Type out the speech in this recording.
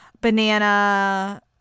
Banana